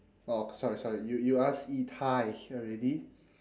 oh sorry sorry you you ask yi tai here already